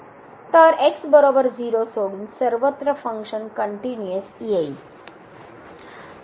तर सोडून सर्वत्र फंक्शन कनट्युनिअस येईल